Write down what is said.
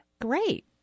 Great